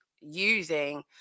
using